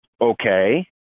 Okay